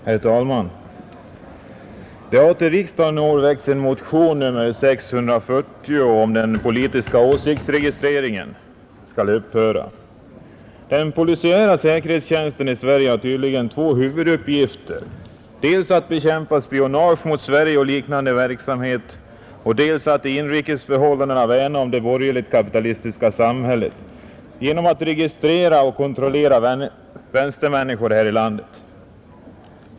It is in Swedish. Herr talman! Vid riksdagen i år har väckts en motion, nr 640, vari yrkas att den politiska åsiktsregistreringen skall upphöra. Den polisiära säkerhetstjänsten i Sverige har tydligen två huvuduppgifter, dels att bekämpa spionage mot Sverige och liknande verksamhet, dels att i de inrikes förhållandena värna om det borgerligt kapitalistiska samhället genom att registrera och kontrollera vänstermänniskor här i landet.